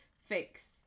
fix